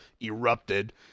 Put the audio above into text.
erupted